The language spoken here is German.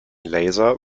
laser